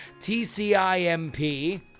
TCIMP